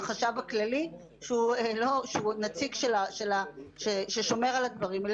את החשב הכללי שהוא נציג ששומר על הדברים.